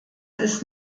ist